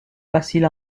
facile